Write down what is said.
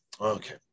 okay